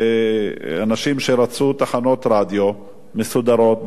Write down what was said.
אנשים שרצו תחנות רדיו מסודרות,